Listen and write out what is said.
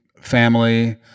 family